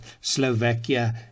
Slovakia